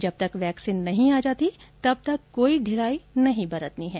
जब तक वैक्सीन नहीं आ जाती तब तक कोई ढिलाई नहीं बरतनी है